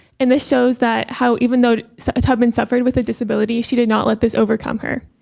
and this shows that how even though tubman suffered with a disability, she did not let this overcome her.